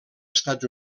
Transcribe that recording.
estats